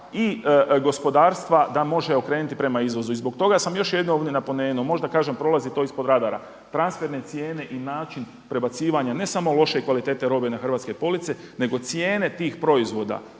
i gospodarstva da može okrenuti prema izvozu. I zbog toga sam jednom ovdje napomenuo, možda kažem prolazi to ispod radara, transferne cijene i način prebacivanja ne samo loše kvalitete robe na hrvatske police nego cijene tih proizvoda